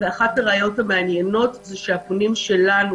אחת הראיות המעניינות היא שהפונים שלנו,